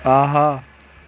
آہا